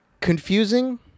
confusing